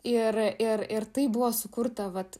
ir ir ir tai buvo sukurta vat